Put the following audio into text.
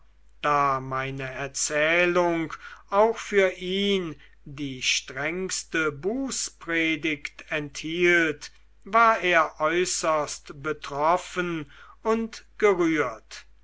da meine erzählung auch für ihn die strengste bußpredigt enthielt war er äußerst betroffen und gerührt